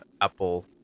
Apple